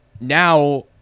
now